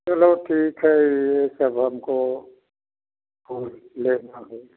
चलो ठीक है यह सब हमको फूल लेना है